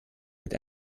mit